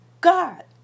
God